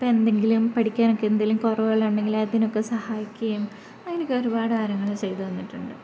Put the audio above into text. ഇപ്പം എന്തെങ്കിലും പഠിക്കാനൊക്കെ എന്തെങ്കിലും കുറവുകളുണ്ടെങ്കിൽ അതിനൊക്കെ സഹായിക്കുകയും അതിനൊക്കെ ഒരുപാട് കാര്യങ്ങൾ ചെയ്തു തന്നിട്ടുണ്ട്